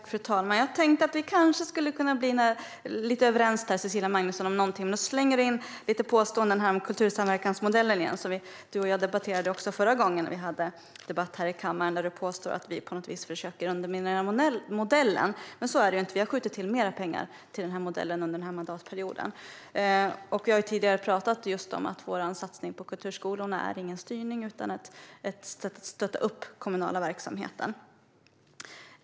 Fru talman! Jag tänkte att vi kanske skulle kunna komma lite överens om någonting där, Cecilia Magnusson. Men då slänger du in påståenden om kultursamverkansmodellen igen. Den debatterade du och jag också förra gången vi hade en debatt i kammaren. Du påstår att vi på något vis försöker underminera modellen. Men så är det inte. Vi har skjutit till mer pengar till den modellen under den här mandatperioden. Och vi har tidigare talat om att vår satsning på kulturskolorna inte är en styrning utan ett sätt att stötta upp den kommunala verksamheten.